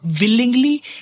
willingly